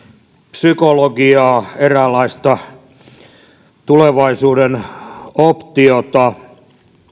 psykologiaa eräänlaista tulevaisuuden optiota